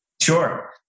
Sure